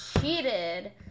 cheated